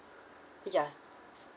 ya